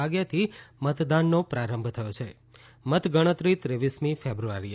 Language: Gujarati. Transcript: વાગ્યાથી મતદાનનો પ્રારંભ થયો છે મતગણતરી ત્રેવીસમી ફેબ્રુઆરીએ